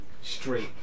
straight